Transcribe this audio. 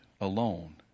alone